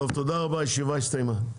תודה רבה, הישיבה הסתיימה.